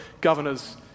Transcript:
governor's